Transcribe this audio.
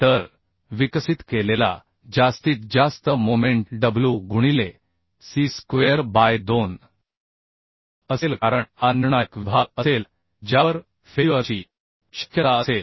तर विकसित केलेला जास्तीत जास्त मोमेंट w गुणिले c स्क्वेअर बाय 2 असेल कारण हा निर्णायक विभाग असेल ज्यावर फेल्युअर ची शक्यता असेल